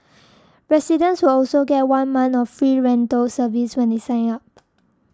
residents will also get one month of free rental service when they sign up